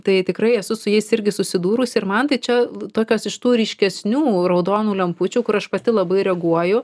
tai tikrai esu su jais irgi susidūrusi ir man tai čia tokios iš tų ryškesnių raudonų lempučių kur aš pati labai reaguoju